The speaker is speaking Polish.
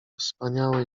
wspaniałe